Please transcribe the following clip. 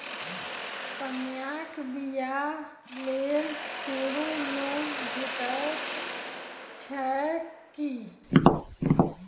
कन्याक बियाह लेल सेहो लोन भेटैत छैक की?